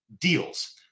deals